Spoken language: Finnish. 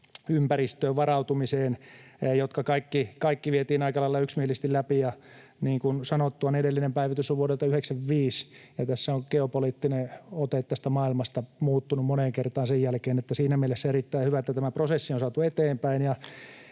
ympäristöön, varautumiseen, jotka kaikki vietiin aika lailla yksimielisesti läpi. Niin kuin sanottu, edellinen päivitys on vuodelta 95, ja geopoliittinen ote tästä maailmasta on muuttunut moneen kertaan sen jälkeen, niin että siinä mielessä erittäin hyvä, että tämä prosessi on saatu eteenpäin.